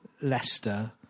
Leicester